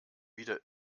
wieder